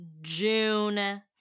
june